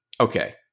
Okay